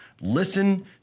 Listen